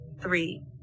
Three